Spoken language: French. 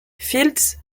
fields